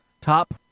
top